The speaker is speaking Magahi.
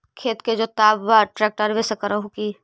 खेत के जोतबा ट्रकटर्बे से कर हू की?